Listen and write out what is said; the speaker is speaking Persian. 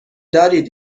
دارید